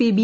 P B